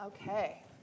Okay